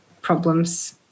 problems